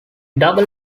double